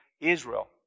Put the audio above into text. Israel